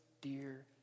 dear